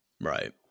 Right